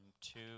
two